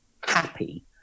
happy